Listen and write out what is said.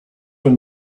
when